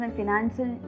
financial